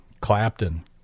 Clapton